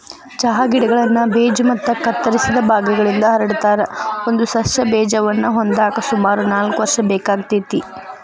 ಚಹಾ ಗಿಡಗಳನ್ನ ಬೇಜ ಮತ್ತ ಕತ್ತರಿಸಿದ ಭಾಗಗಳಿಂದ ಹರಡತಾರ, ಒಂದು ಸಸ್ಯ ಬೇಜವನ್ನ ಹೊಂದಾಕ ಸುಮಾರು ನಾಲ್ಕ್ ವರ್ಷ ಬೇಕಾಗತೇತಿ